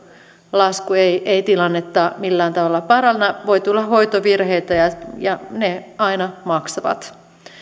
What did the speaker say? lasku ei ei tilannetta millään tavalla paranna voi tulla hoitovirheitä ja ja ne aina maksavat